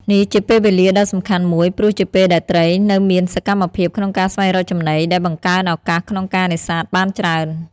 នេះជាពេលវេលាដ៏សំខាន់មួយ ព្រោះជាពេលដែលត្រីនៅមានសកម្មភាពក្នុងការស្វែងរកចំណី ដែលបង្កើនឱកាសក្នុងការនេសាទបានច្រើន។